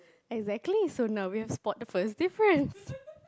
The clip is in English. exactly so now we have spot the first difference